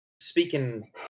speaking